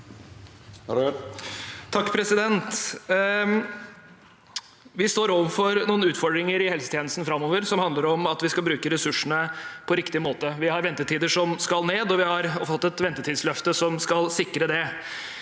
(A) Vi står overfor noen utfordringer i helsetjenesten framover, som handler om at vi skal bruke ressursene på riktig måte. Vi har ventetider som skal ned, og vi har fått et ventetidsløfte som skal sikre det.